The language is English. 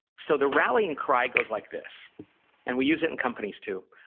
so the rallying cry goes like this and we use it in companies, too.